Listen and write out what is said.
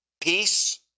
Peace